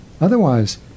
Otherwise